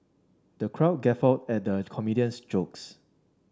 the crowd guffawed at the comedian's jokes